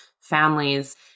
families